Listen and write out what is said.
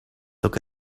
look